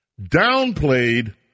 downplayed